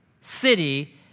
city